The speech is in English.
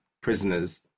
prisoners